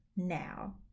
now